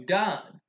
done